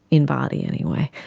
in body anyway?